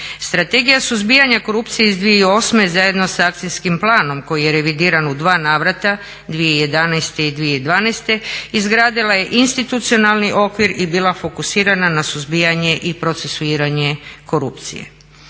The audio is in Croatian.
Strategija suzbijanja korupcije iz 2008.zajedno sa Akcijskim planom koji je revidiran u dva navrata, 2011. i 2012.izgradila je institucionalni okvir i bila fokusirana na suzbijanje i procesuiranje korupcije.